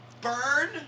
burn